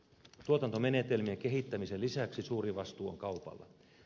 tuotantomenetelmien kehittämisen lisäksi suuri vastuu on kaupalla